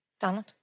Donald